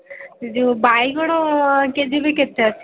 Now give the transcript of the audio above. ଯେଉଁ ବାଇଗଣ K G ବି କେତେ ଅଛି